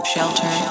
Shelter